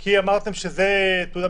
זה מחזיר אותי לשאלה שלי: